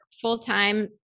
full-time